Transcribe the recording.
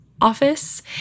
office